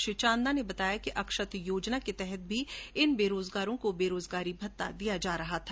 श्री चांदना ने बताया कि अक्षत योजना के तहत भी इन बेरोजगारों को बेरोजगारी भत्ता दिया जा रहा था